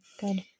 Good